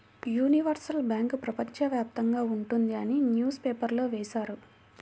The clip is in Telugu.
యూనివర్సల్ బ్యాంకు ప్రపంచ వ్యాప్తంగా ఉంటుంది అని న్యూస్ పేపర్లో వేశారు